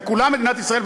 הם כולם מדינת ישראל,